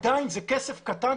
עדיין זה כסף קטן,